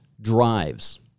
drives